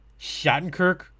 Shattenkirk